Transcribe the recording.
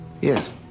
Yes